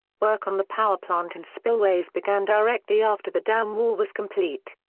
work on the power plant and spillways began directly after the dam wall was complete.